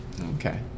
Okay